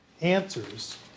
answers